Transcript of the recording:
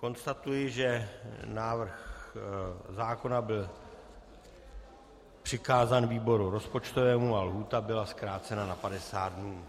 Konstatuji, že návrh zákona byl přikázán výboru rozpočtovému a lhůta byla zkrácena na 50 dnů.